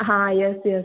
हाँ yes yes